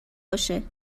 باشه